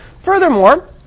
Furthermore